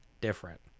different